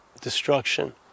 Destruction